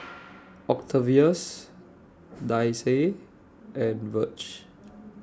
Octavius Daisye and Virge